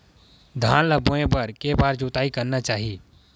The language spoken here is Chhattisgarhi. धान ल बोए बर के बार जोताई करना चाही?